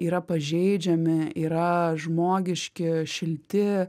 yra pažeidžiami yra žmogiški šilti